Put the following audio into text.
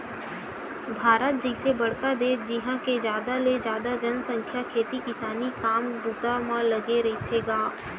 भारत जइसे बड़का देस जिहाँ के जादा ले जादा जनसंख्या खेती किसानी के काम बूता म लगे रहिथे गा